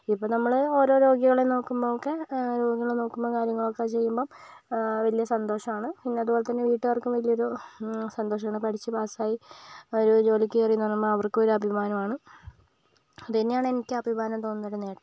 ഇത് ഇപ്പോൾ നമ്മള് ഓരോ രോഗികളെ നോക്കുമ്പോൾ ഒക്കെ നോക്കുന്ന കാര്യങ്ങൾ ഒക്കെ ചെയ്യുമ്പോൾ വലിയ സന്തോഷമാണ് പിന്നെ അതുപോലെ തന്നെ വീട്ടുകാർക്ക് വലിയ ഒരു സന്തോഷമാണ് പഠിച്ച് പാസ്സ് ആയി ഒരു ജോലിക്ക് കയറി എന്ന് പറയുമ്പോൾ അവർക്കും ഒരു അഭിമാനം ആണ് അത് തന്നെയാണ് എനിക്കും അഭിമാനം തോന്നുന്ന ഒരു നേട്ടം